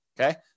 Okay